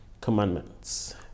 Commandments